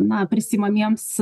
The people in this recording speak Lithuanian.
na prisiimamiems